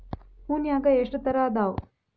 ಹೂನ್ಯಾಗ ಎಷ್ಟ ತರಾ ಅದಾವ್?